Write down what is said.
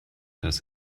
das